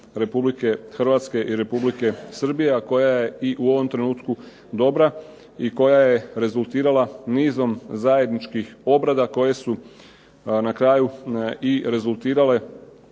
Republike Hrvatske i Republike Srbije, a koja je i u ovom trenutku dobra i koja je rezultirala nizom zajedničkih obrada koje su na kraju i rezultirale